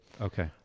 Okay